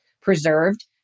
preserved